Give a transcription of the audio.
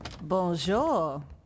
Bonjour